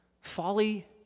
Folly